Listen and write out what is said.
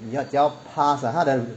你只要 pass ah 他的